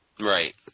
Right